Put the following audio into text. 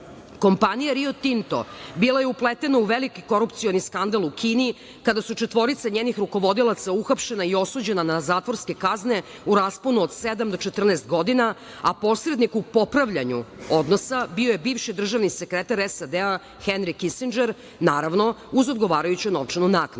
"Rio Tinto" bila je upletena u veliki korupcioni skandal u Kini kada su četvorica njenih rukovodilaca uhapšena i osuđena na zatvorske kazne u rasponu od sedam do 14 godina, a posrednik u popravljanju odnosa bio je bivši državni sekretar SAD Henri Kisindžer, naravno, uz odgovarajuću novčanu